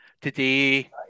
Today